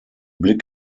blick